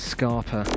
Scarpa